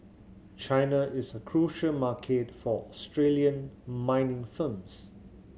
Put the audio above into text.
China is a crucial market for Australian mining firms